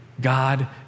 God